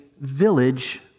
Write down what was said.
village